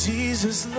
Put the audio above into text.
Jesus